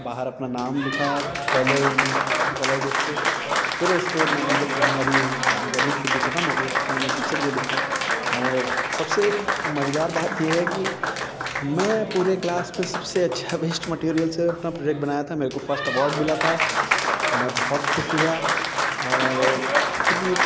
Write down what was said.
बाहर अपना नाम लिखा कलर्ड कलर्ड उससे फिर उसको मैंने जब हमारी गर्मी की छुट्टी खत्म हो गई तो फिर मैंने टीसर को दिखाया और सबसे मजेदार बात ये है कि हमें पूरे क्लास में सबसे अच्छा वेश्ट मैटीरियल से अपना प्रोजेक्ट बनाया था मेरे को फस्ट अवार्ड मिला था मैं बहुत खुश हुआ और चूँकि ये